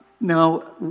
Now